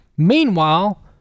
Meanwhile